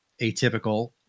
atypical